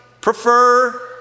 prefer